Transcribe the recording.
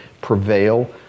prevail